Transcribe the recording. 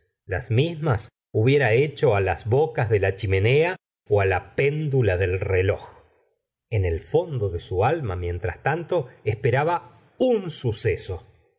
las mismas hubiera hecho las bocas de la chimenea la péndula del reloj en el fondo de su alma mientras tanto esperaba un suceso